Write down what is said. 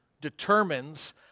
determines